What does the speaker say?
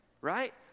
right